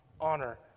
honor